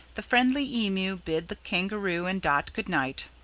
the friendly emu bid the kangaroo and dot good-night.